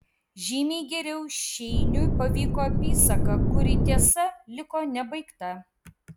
žymiai geriau šeiniui pavyko apysaka kuri tiesa liko nebaigta